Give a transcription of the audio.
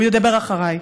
הוא ידבר אחריי.